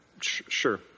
sure